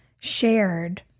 shared